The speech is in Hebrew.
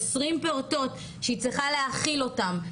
20 פעוטות שהיא צריכה להאכיל אותם,